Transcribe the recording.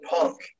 punk